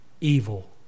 evil